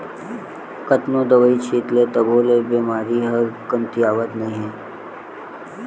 कतनो दवई छित ले तभो ले बेमारी ह कमतियावत नइ हे